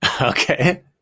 Okay